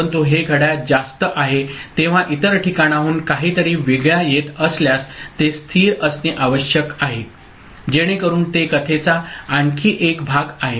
परंतु हे घड्याळ जास्त आहे तेव्हा इतर ठिकाणाहून काहीतरी वेगळ्या येत असल्यास ते स्थिर असणे आवश्यक आहे जेणेकरून ते कथेचा आणखी एक भाग आहे